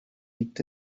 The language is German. liegt